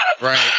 Right